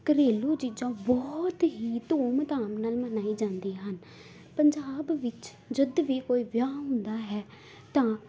ਘਰੇਲੂ ਚੀਜ਼ਾਂ ਬਹੁਤ ਹੀ ਧੂਮ ਧਾਮ ਨਾਲ ਮਨਾਈ ਜਾਂਦੀ ਹਨ ਪੰਜਾਬ ਵਿੱਚ ਜੱਦ ਵੀ ਕੋਈ ਵਿਆਹ ਹੁੰਦਾ ਹੈ ਤਾਂ